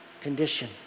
condition